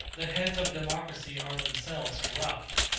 the heads of a democracy are themselves corrupt.